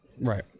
right